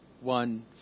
one